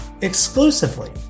exclusively